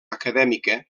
acadèmica